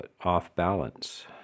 off-balance